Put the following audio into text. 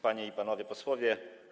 Panie i Panowie Posłowie!